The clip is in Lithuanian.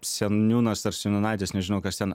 seniūnas ar seniūnaitis nežinau kas ten